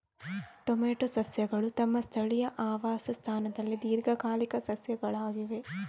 tomato ಸಸ್ಯಗಳು ತಮ್ಮ ಸ್ಥಳೀಯ ಆವಾಸ ಸ್ಥಾನದಲ್ಲಿ ದೀರ್ಘಕಾಲಿಕ ಸಸ್ಯಗಳಾಗಿವೆ